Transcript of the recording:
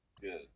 Good